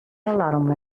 alarm